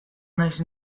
naiz